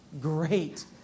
Great